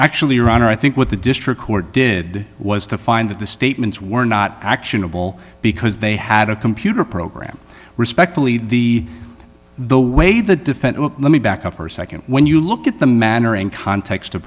actually ron i think what the district court did was to find that the statements were not actionable because they had a computer program respectfully the the way the defense let me back up for a nd when you look at the manner in context of